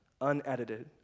unedited